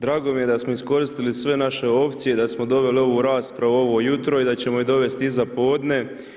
Drago mi je da smo iskoristili sve naše opcije, da smo doveli ovu raspravu ovo jutro i da ćemo je dovesti iza podne.